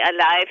alive